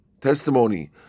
testimony